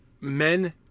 men